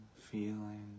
feeling